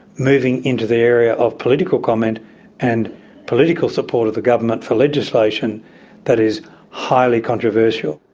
moving into the area of political comment and political support of the government for legislation that is highly controversial.